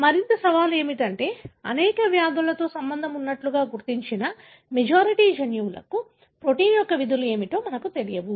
మరింత సవాలు ఏమిటంటే అనేక వ్యాధులతో సంబంధం ఉన్నట్లుగా గుర్తించబడిన మెజారిటీ జన్యువులకు ప్రోటీన్ యొక్క విధులు ఏమిటో మాకు తెలియదు